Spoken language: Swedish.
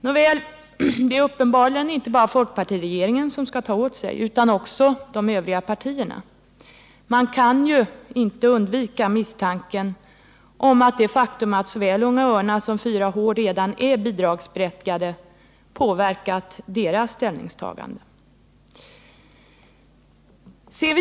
Nåväl, det är uppenbarligen inte bara folkpartiregeringen som skall ta åt sig utan också övriga partier — man kan ju inte undvika misstanken att det faktum att såväl Unga örnar som 4 H redan är bidragsberättigade påverkat deras ställningstagande.